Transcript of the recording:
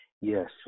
Yes